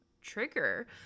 trigger